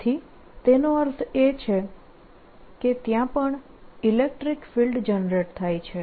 તેથી તેનો અર્થ એ છે કે ત્યાં પણ ઇલેક્ટ્રીક ફિલ્ડ જનરેટ થાય છે